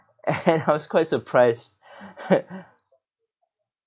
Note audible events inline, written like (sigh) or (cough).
(laughs) and I was quite surprised (laughs)